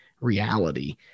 reality